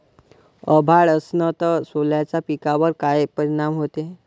अभाळ असन तं सोल्याच्या पिकावर काय परिनाम व्हते?